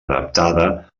adaptada